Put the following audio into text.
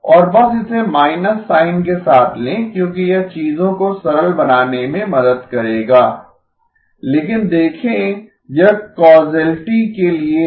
और बस इसे माइनस साइन के साथ लें क्योंकि यह चीजों को सरल बनाने में मदद करेगा लेकिन देखें यह कौसैलिटी के लिए है